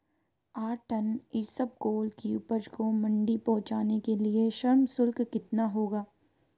आठ टन इसबगोल की उपज को मंडी पहुंचाने के लिए श्रम शुल्क कितना होगा?